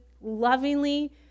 lovingly